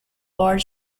board